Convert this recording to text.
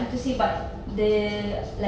and to see but the